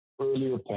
Earlier